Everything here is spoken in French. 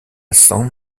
san